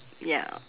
ya